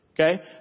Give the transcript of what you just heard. okay